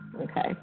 Okay